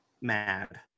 mad